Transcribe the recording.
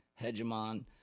hegemon